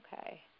Okay